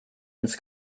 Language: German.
ins